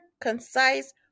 concise